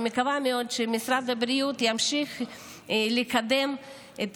אני מקווה מאוד שמשרד הבריאות ימשיך לקדם את